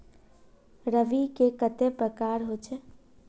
रवि के कते प्रकार होचे?